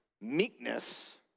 meekness